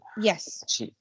Yes